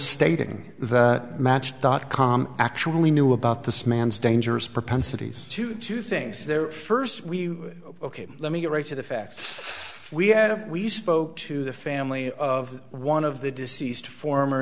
stating that match dot com actually knew about this man's dangerous propensities to two things there first we let me get right to the facts we have we spoke to the family of one of the deceased former